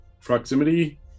Proximity